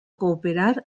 cooperar